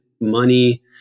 money